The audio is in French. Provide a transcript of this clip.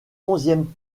onzième